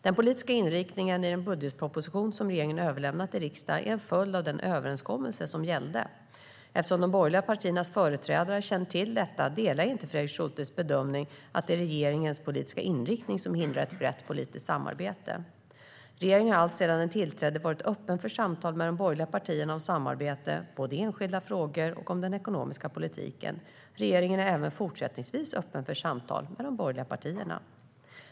Den politiska inriktningen i den budgetproposition som regeringen har överlämnat till riksdagen är en följd av den överenskommelse som gällde. Eftersom de borgerliga partiernas företrädare känner till detta delar jag inte Fredrik Schultes bedömning att det är regeringens politiska inriktning som hindrar ett brett politiskt samarbete. Regeringen har alltsedan den tillträdde varit öppen för samtal med de borgerliga partierna om samarbete, både i enskilda frågor och om den ekonomiska politiken. Regeringen är även fortsättningsvis öppen för samtal med de borgerliga partierna.